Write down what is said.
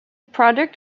product